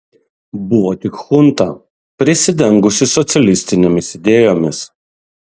buvo tik chunta prisidengusi socialistinėmis idėjomis